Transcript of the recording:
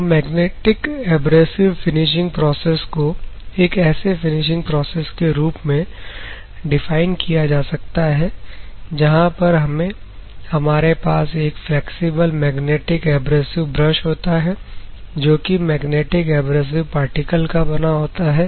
तो magnetic abrasive finishing process को एक ऐसे फिनिशिंग प्रोसेस के रूप में डिफाइन किया जा सकता है जहां पर हमें हमारे पास एक फ्लैक्सिबल मैग्नेटिक एब्रेसिव ब्रश होता है जो कि मैग्नेटिक एब्रेसिव पार्टिकल का बना होता है